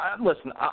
listen